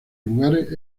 lugares